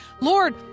Lord